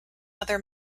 other